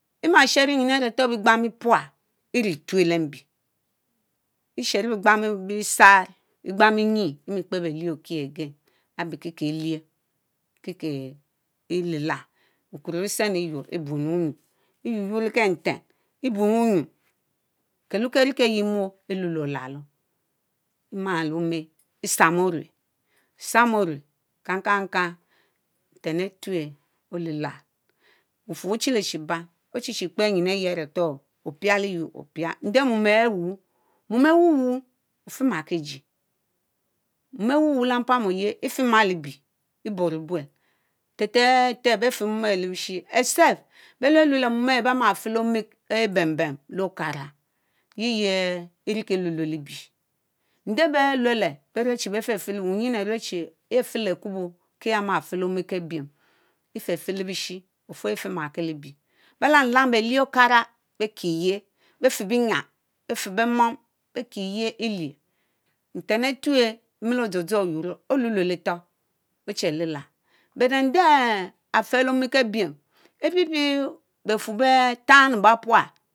Ɛma shere nyin aré begbana bepual eritue léé benbie ɛsheru begbang besarr, begbang benyie ɛmi kperr belieh okie again ábe kiekie elieh kiekie ɛlelal bukurro utsenu eyurr ɛbuen unyurr, eyurr yurr le kenten ebuen unyurr kelue keh rikeeh yehh murr eyubo olalo ɛma léé omeh ɛpsam orue, ɛpsam orue kakakar nten atueh ole laci bufurr buchile chi ban ochivkperr nyin ehh yehh aretor opiale eyupr opia nde mom awuu mom ehh wuwuu ofimaki ɛjiee, mom ahh wuwuu lee mpam oyehh ɛfimalebie eborr o buel tehh tehh tehh beeh fehr mom ehh cebishi except becue cue ceh mom ehh bemarr fehhr léé omeh ɛbembem léé okara yiyie ɛriki lue lue léé libieh ndẽẽ beh luer. lerr beh mechi befefehr lebishi urriin arue ohe yieh afeleh akubo kie yehr ma-ma fehr léé omeh kebiwemi ɛfefeh libishii ofue efeh makie lee libeh. belamlam belieh okara beh kieyier befie benyiam befehrr bẽmum behh kieyehh ẽlieh. nten atue emelodzodzor oynorro oluelueh cietor oche lelal but arhh dẽre arhh feleh omeh kebiem bepiepie befurr behtchan lee bepual.